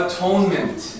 Atonement